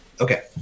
Okay